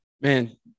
Man